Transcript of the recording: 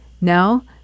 Now